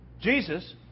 Jesus